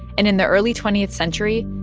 and in the early twentieth century,